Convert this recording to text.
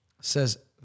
says